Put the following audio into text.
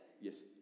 Yes